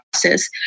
process